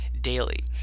daily